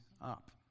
up